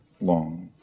long